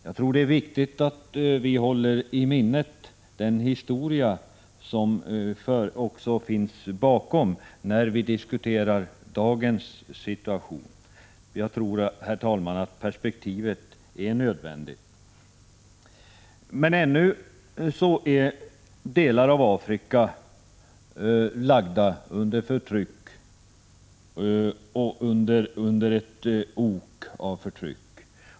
Jag tror att det är viktigt när vi diskuterar dagens situation att vi håller i minnet den historia som finns bakom. Jag tror, herr talman, att det är nödvändigt att ha ett perspektiv. Men ännu härskar förtrycket i delar av Afrika.